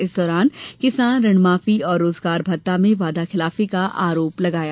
इस दौरान किसान ऋणमाफी और रोजगार भत्ता में वादा खिलाफी का आरोप लगाया